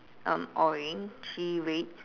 um orangey red